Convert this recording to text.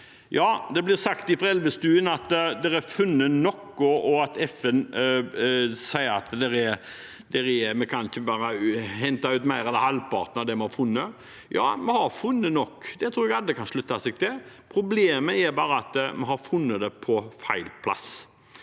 sagt fra representanten Elvestuen at det er funnet nok, og at FN sier vi ikke kan hente ut mer enn halvparten av det vi har funnet. Ja, vi har funnet nok. Det tror jeg alle kan slutte seg til. Problemet er bare at vi har funnet det på feil plass.